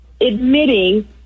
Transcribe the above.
admitting